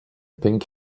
pink